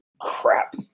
Crap